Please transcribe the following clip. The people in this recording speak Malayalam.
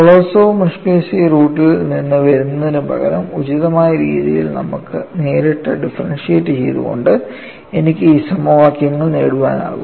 കൊളോസോവ് മസ്കെലിഷ്വിലി റൂട്ടിൽ നിന്ന് വരുന്നതിനുപകരം ഉചിതമായ രീതിയിൽ നേരിട്ട് ഡിഫറെൻഷ്യറ്റ് ചെയ്തുകൊണ്ട് എനിക്ക് ഈ സമവാക്യങ്ങൾ നേടാനാകും